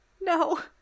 No